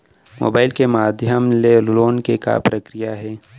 Mobile के माधयम ले लोन के का प्रक्रिया हे?